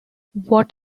what